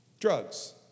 drugs